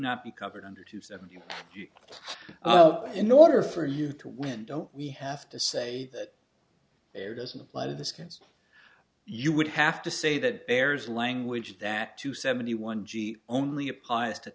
not be covered under two seventy in order for you to win don't we have to say that there doesn't apply to the scans you would have to say that bears language that to seventy one g only applies to